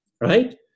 right